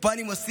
ופה אני מוסיף,